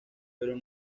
pero